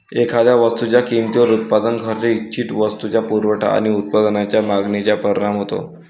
एखाद्या वस्तूच्या किमतीवर उत्पादन खर्च, इच्छित वस्तूचा पुरवठा आणि उत्पादनाच्या मागणीचा परिणाम होतो